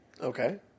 Okay